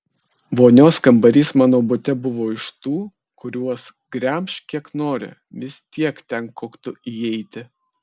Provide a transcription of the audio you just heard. vonios kambarys mano bute buvo iš tų kuriuos gremžk kiek nori vis tiek ten koktu įeiti